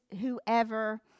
whoever